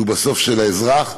שהוא בסוף של האזרח,